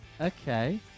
okay